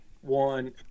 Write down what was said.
one